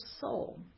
soul